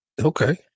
Okay